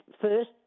first